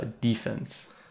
Defense